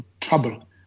trouble